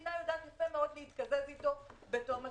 המדינה יודעת יפה מאוד להתקזז איתו בתום התקופה.